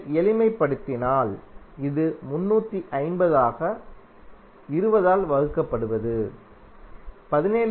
நீங்கள் எளிமைப்படுத்தினால் இது 350 ஆக 20 ஆல் வகுக்கப்படுவது 17